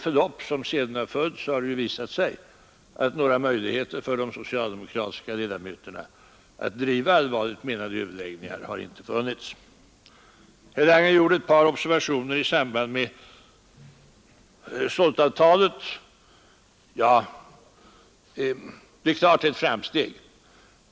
Förloppet har sedan utvisat att de socialdemokratiska ledamöterna i utskottet inte haft några möjligheter att driva allvarligt menade överläggningar. Herr Lange gjorde ett par observationer i samband med SALT-avtalet. Det är klart att det är ett framsteg.